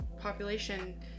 population